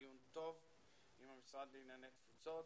דיון טוב עם המשרד לענייני תפוצות.